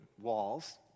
walls